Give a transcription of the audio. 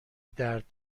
درد